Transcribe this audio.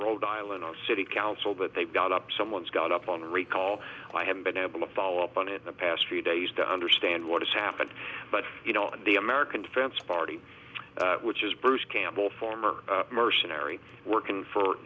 rhode island city council but they've got up someone's got up on recall i haven't been able to follow up on it in the past three days to understand what has happened but you know the american defense party which is bruce campbell former mercenary working for